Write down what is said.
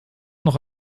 noch